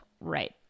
right